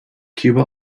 cuba